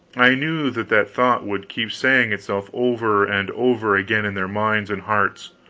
i knew that that thought would keep saying itself over and over again in their minds and hearts,